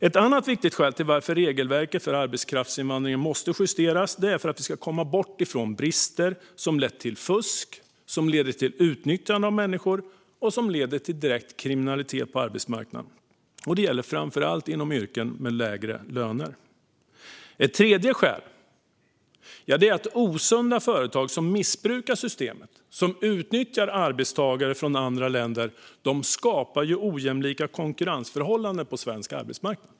Ett annat viktigt skäl till att regelverket för arbetskraftsinvandring måste justeras är för att vi ska komma bort från brister som leder till fusk, utnyttjande av människor och direkt kriminalitet på arbetsmarknaden. Detta gäller framför allt inom yrken med lägre löner. Ett tredje skäl är att osunda företag som missbrukar systemet och utnyttjar arbetstagare från andra länder skapar ojämlika konkurrensförhållanden på svensk arbetsmarknad.